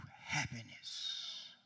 happiness